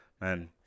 man